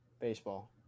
baseball